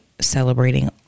celebrating